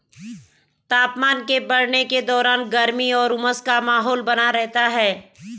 तापमान के बढ़ने के दौरान गर्मी और उमस का माहौल बना रहता है